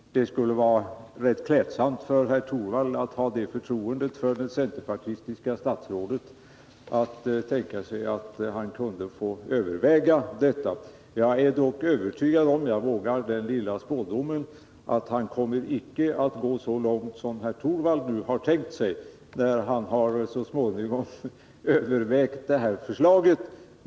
Det vore ganska klädsamt, om herr Torwald hade det förtroendet för det centerpartistiska statsrådet att han lät honom överväga detta förslag. Jag vågar mig dock på den lilla spådomen att statsrådet, när han så småningom har övervägt förslaget, icke kommer att gå så långt som herr Torwald nu har tänkt sig.